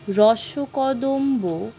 রসকদম্ব